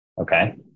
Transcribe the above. Okay